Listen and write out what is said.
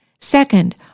Second